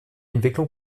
entwicklung